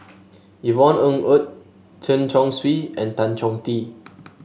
Yvonne Ng Uhde Chen Chong Swee and Tan Chong Tee